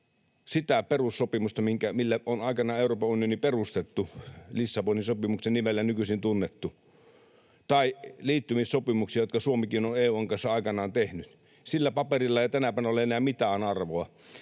sitä perussopimusta, mille on aikanaan Euroopan unioni perustettu — Lissabonin sopimuksen nimellä nykyisin tunnettu — tai liittymissopimuksia, jotka Suomikin on EU:n kanssa aikanaan tehnyt. Sillä paperilla ei tänä päivänä ole enää mitään arvoa.